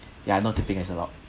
ya no tipping is allowed